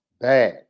bad